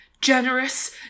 generous